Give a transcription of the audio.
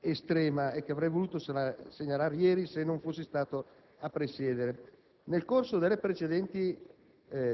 estrema e che avrei voluto evidenziare ieri se non fossi stato io a presiedere. Nel corso delle precedenti